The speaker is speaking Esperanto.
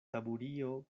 taburio